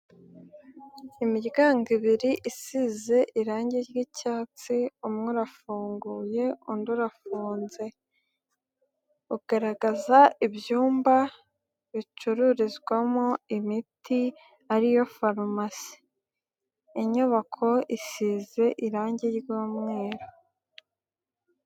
Imiryango ibiri isize irangi ry'icyatsi, umwe urafunguye undi urafunze. Ugaragaza ibyumba bicururizwamo imiti ari yo farumasi. Inyubako isize irangi ry'umweru.